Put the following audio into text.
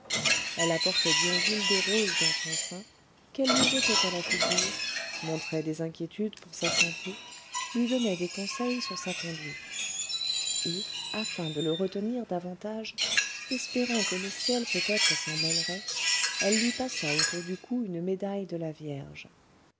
elle apportait d'yonville des roses dans son sein qu'elle lui jetait à la figure montrait des inquiétudes pour sa santé lui donnait des conseils sur sa conduite et afin de le retenir davantage espérant que le ciel peut-être s'en mêlerait elle lui passa autour du cou une médaille de la vierge